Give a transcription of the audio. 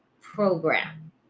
program